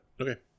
Okay